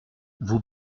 vous